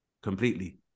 completely